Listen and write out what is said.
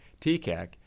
TCAC